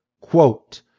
quote